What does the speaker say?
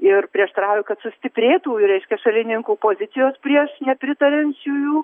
ir prieštarauja kad sustiprėtų ir reiškia šalininkų pozicijos prieš nepritariančiųjų